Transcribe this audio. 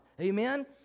Amen